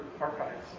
archives